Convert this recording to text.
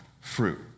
fruit